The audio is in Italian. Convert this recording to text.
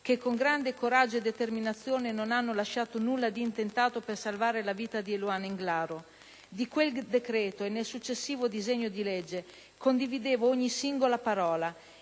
che con grande coraggio e determinazione non hanno lasciato nulla di intentato per salvare la vita di Eluana Englaro. Di quel decreto, e del successivo disegno di legge, condividevo ogni singola parola,